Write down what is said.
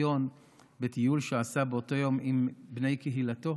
עציון בטיול שעשה באותו יום עם בני קהילתו,